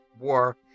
war